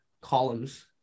columns